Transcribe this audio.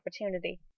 opportunity